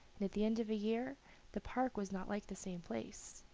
and at the end of a year the park was not like the same place,